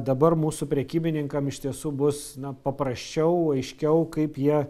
dabar mūsų prekybininkam iš tiesų bus na paprasčiau aiškiau kaip jie